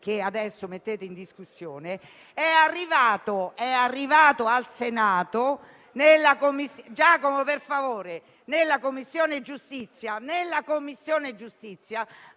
che adesso mettete in discussione, è arrivato al Senato nella Commissione giustizia